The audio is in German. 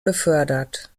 befördert